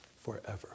forever